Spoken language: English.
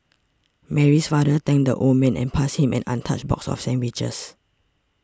Mary's father thanked the old man and passed him an untouched box of sandwiches